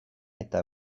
eta